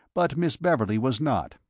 but miss beverley was not.